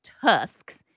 tusks